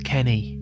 Kenny